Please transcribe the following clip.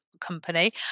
company